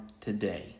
today